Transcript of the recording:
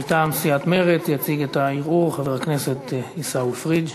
מטעם סיעת מרצ יציג את הערעור חבר הכנסת עיסאווי פריג'.